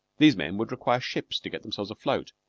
these men would require ships to get themselves afloat.